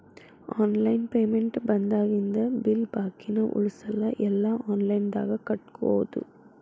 online payment ಬಂದಾಗಿಂದ bill ಬಾಕಿನ ಉಳಸಲ್ಲ ಎಲ್ಲಾ ಆನ್ಲೈನ್ದಾಗ ಕಟ್ಟೋದು